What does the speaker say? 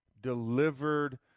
delivered